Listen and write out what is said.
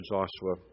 Joshua